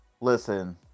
Listen